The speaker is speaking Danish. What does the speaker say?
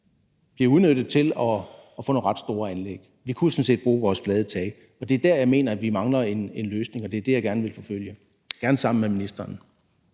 bliver udnyttet til at få nogle ret store anlæg. Vi kunne sådan set bruge vores flade tage, og det er der, jeg mener vi mangler en løsning, og det er det, jeg gerne vil forfølge – og gerne sammen med ministeren.